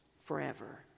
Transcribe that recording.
forever